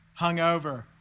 hungover